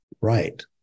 right